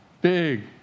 Big